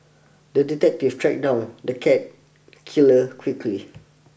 the detective tracked down the cat killer quickly